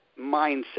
mindset